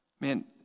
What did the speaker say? Man